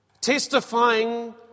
Testifying